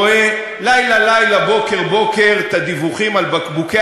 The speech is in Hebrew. רואה לילה-לילה ובוקר-בוקר את הדיווחים על בקבוקי